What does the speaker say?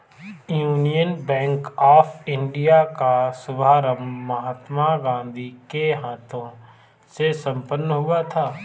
union Bank of India का शुभारंभ महात्मा गांधी के हाथों से संपन्न हुआ था